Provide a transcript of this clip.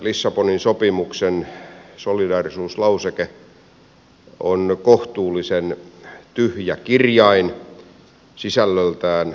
lissabonin sopimuksen solidaarisuuslauseke on kohtuullisen tyhjä kirjain sisällöltään aika mitätön